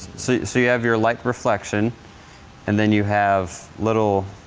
so you have your light reflection and then you have little